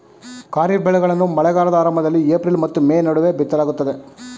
ಖಾರಿಫ್ ಬೆಳೆಗಳನ್ನು ಮಳೆಗಾಲದ ಆರಂಭದಲ್ಲಿ ಏಪ್ರಿಲ್ ಮತ್ತು ಮೇ ನಡುವೆ ಬಿತ್ತಲಾಗುತ್ತದೆ